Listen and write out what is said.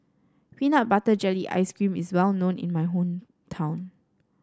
Peanut Butter Jelly Ice cream is well known in my hometown